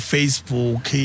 Facebook